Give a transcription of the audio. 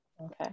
Okay